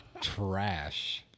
trash